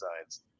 designs